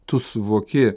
tu suvoki